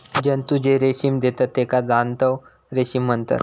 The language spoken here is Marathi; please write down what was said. जंतु जे रेशीम देतत तेका जांतव रेशीम म्हणतत